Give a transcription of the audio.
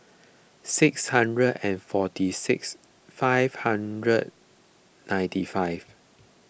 six hundred and forty six five hundred ninety five